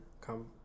come